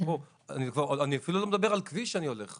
אני אפילו לא מדבר על כביש אני הולך בו.